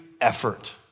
effort